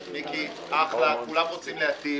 אחלה, כולם רוצים להיטיב.